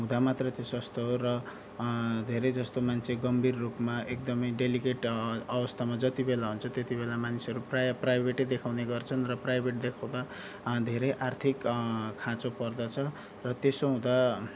हुँदा मात्रै त्यो स्वास्थ्य हो र धेरै जस्तो मान्छेले गम्भीर रूपमा एकदमै डेलिकेट अवस्थामा जति बेला हुन्छ त्यति बेला मान्छेहरू प्रायः प्राइभेटै देखाउने गर्छन् र प्राइभेट देखाउँदा धेरै आर्थिक खाँचो पर्दछ र त्यसो हुँदा